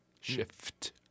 shift